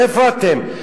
איפה אתם?